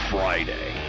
Friday